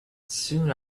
soon